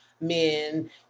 men